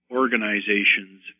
organizations